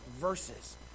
versus